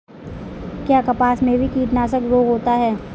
क्या कपास में भी कीटनाशक रोग होता है?